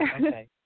Okay